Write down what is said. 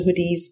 hoodies